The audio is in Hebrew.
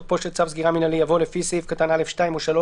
אחרי "תוקפו של צו סגירה מינהלי" יבוא "לפי סעיף קטן (א)(2) או (3)